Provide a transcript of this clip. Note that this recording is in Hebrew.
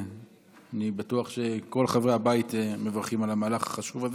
אני בטוח שכל חברי הבית מברכים על המהלך החשוב הזה.